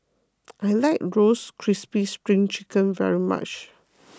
I like Roasted Crispy Spring Chicken very much